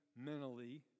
mentally